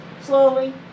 slowly